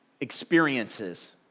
experiences